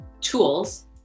tools